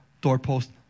doorpost